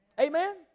Amen